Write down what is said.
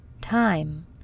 Time